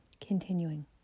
Continuing